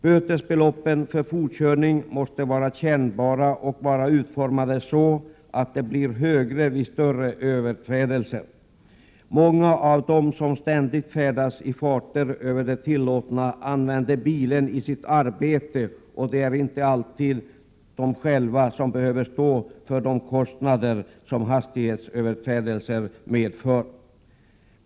Bötesbeloppen för fortkörning måste vara kännbara och utformade så att de blir högre vid grövre överträdelser. Många av dem som ständigt färdas i farter över de tillåtna använder bilen i sitt arbete, och det är inte alltid som de själva behöver stå för de kostnader som hastighetsöverträdelser innebär.